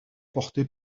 portée